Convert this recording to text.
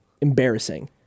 Embarrassing